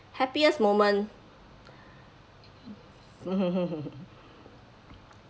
happiest moment